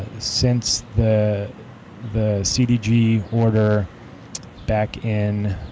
ah since the the cdg order back in